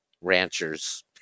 ranchers